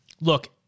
look